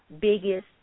biggest